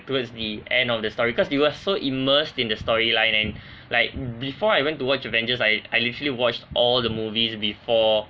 towards the end of the story because we were so immersed in the story line and like before I went to watch avengers I I literally watched all the movies before